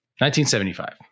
1975